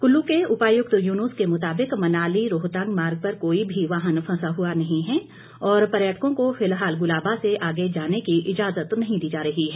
कुल्लू के उपायुक्त युनूस के मुताबिक मनाली रोहतांग मार्ग पर कोई भी वाहन फंसा हुआ नहीं है और पर्यटकों को फिलहाल गुलाबा से आगे जाने की इजाजत नहीं दी जा रही है